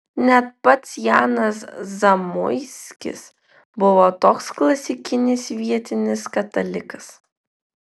net pats janas zamoiskis buvo toks klasikinis vietinis katalikas